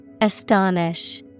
Astonish